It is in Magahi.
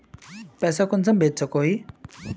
पैसा कुंसम भेज सकोही?